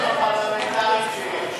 זה הכלי הכי פרלמנטרי שיש.